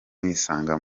nisanga